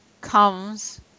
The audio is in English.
comes